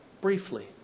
briefly